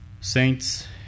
saints